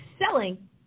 selling